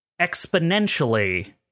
exponentially